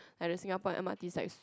and the Singapore M_R_Ts like su~